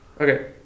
Okay